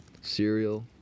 Cereal